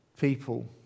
people